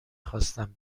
خواستم